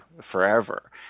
forever